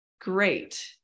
great